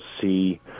see